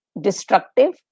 destructive